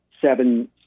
seven